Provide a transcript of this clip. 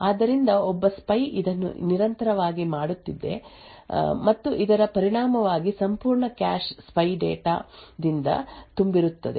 ಆದ್ದರಿಂದ ಒಬ್ಬ ಸ್ಪೈ ಇದನ್ನು ನಿರಂತರವಾಗಿ ಮಾಡುತ್ತಿದೆ ಮತ್ತು ಇದರ ಪರಿಣಾಮವಾಗಿ ಸಂಪೂರ್ಣ ಕ್ಯಾಶ್ ಸ್ಪೈ ಡೇಟಾ ದಿಂದ ತುಂಬಿರುತ್ತದೆ